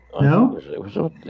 No